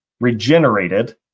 regenerated